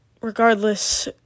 regardless